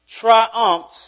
triumphs